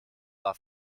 war